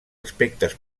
aspectes